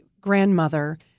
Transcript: grandmother